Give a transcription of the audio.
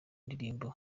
ndirimbo